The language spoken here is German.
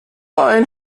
ein